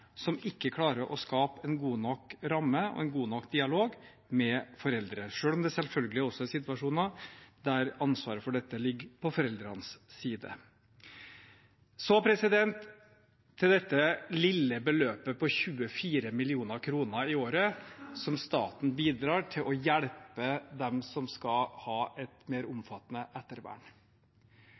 som ikke klarer å skape en god nok ramme og en god nok dialog med foreldrene – selv om det selvfølgelig også er situasjoner der ansvaret for dette ligger på foreldrenes side. Så til dette lille beløpet på 24 mill. kr i året som staten bidrar med til å hjelpe dem som skal ha et mer omfattende ettervern: